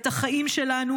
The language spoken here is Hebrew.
את החיים שלנו,